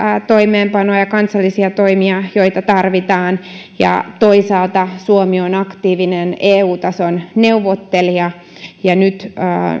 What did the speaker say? toimeenpanoa ja kansallisia toimia joita tarvitaan toisaalta suomi on aktiivinen eu tason neuvottelija ja nyt